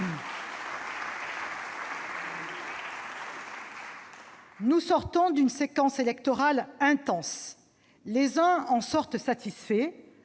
Nous sortons d'une séquence électorale intense, les uns satisfaits,